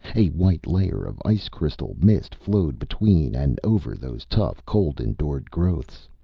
a white layer of ice-crystal mist flowed between and over those tough cold-endured growths.